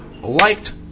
liked